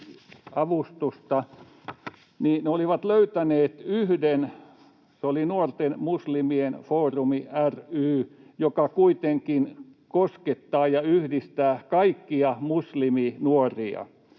He olivat löytäneet yhden: se oli Nuorten Muslimien Foorumi ry, joka kuitenkin koskettaa ja yhdistää kaikkia musliminuoria,